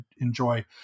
enjoy